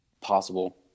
possible